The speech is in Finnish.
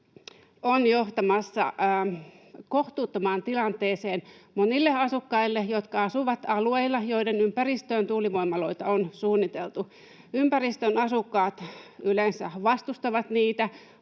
on johtamassa kohtuuttomaan tilanteeseen monille asukkaille, jotka asuvat alueilla, joiden ympäristöön tuulivoimaloita on suunniteltu. Ympäristön asukkaat yleensä vastustavat niitä,